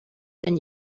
than